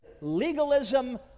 legalism